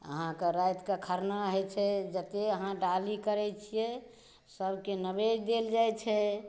अहाँके रातिके खरना होइ छै जते अहाँ डाली करै छिए सबके नवेद देल जाइ छै